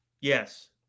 Yes